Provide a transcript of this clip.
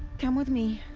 come with me!